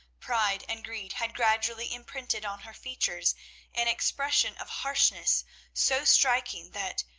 pride and greed had gradually imprinted on her features an expression of harshness so striking that,